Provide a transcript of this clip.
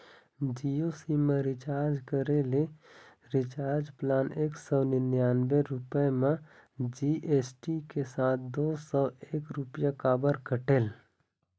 Jio sim मा recharge करे ले रिचार्ज प्लान एक सौ निन्यानबे रुपए मा जी.एस.टी के साथ दो सौ एक रुपया काबर कटेल?